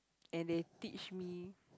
and they teach me